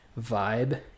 vibe